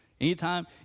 Anytime